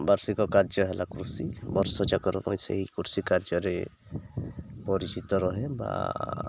ବାର୍ଷିକ କାର୍ଯ୍ୟ ହେଲା କୃଷି ବର୍ଷଯାକର ମୁଁ ସେହି କୃଷି କାର୍ଯ୍ୟରେ ପରିଚିତ ରହେ ବା